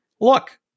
look